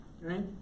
right